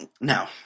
No